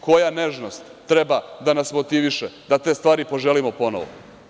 Koja nežnost treba da nas motiviše da te stvari poželimo ponovo?